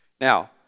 Now